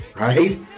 Right